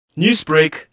Newsbreak